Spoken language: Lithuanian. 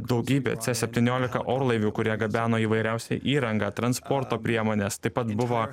daugybė c septyniolika orlaivių kurie gabeno įvairiausią įrangą transporto priemones taip pat buvo